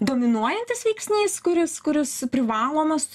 dominuojantis veiksnys kuris kuris privalomas